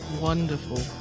wonderful